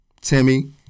Timmy